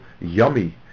yummy